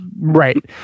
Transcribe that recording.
Right